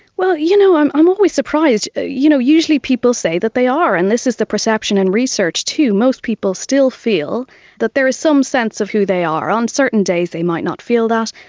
you know, i'm i'm always surprised, ah you know usually people say that they are, and this is the perception in research too most people still feel that there is some sense of who they are. on certain days they might not feel that,